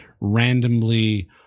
randomly